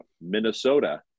Minnesota